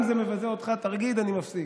אם זה מבזה אותך, תגיד, אני מפסיק.